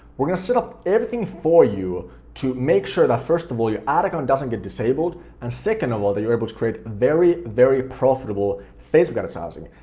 we're gonna set up everything for you to make sure that first of all your ad account doesn't get disabled, and second of all that you're able to create very, very profitable facebook advertising.